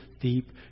deep